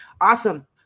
Awesome